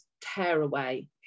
tearaway